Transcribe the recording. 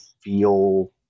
feel